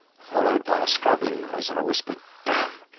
followed by a scrabbling noise and a whispered damn!